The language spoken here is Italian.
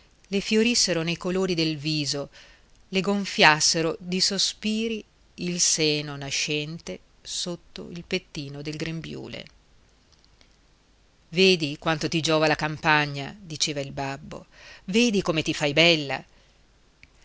le fiorissero nei colori del viso le gonfiassero di sospiri il seno nascente sotto il pettino del grembiule vedi quanto ti giova la campagna diceva il babbo vedi come ti fai bella